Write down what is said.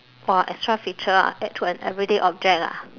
!wah! extra feature ah add to an everyday object ah